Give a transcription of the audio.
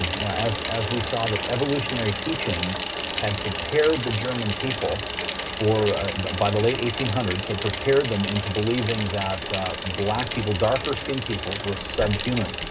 now as as we saw that evolutionary teaching had prepared the german people by the late eighteen hundreds, had prepared them into believing that black people, darker skinned people were subhuman.